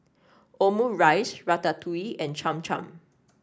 Omurice Ratatouille and Cham Cham